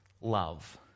love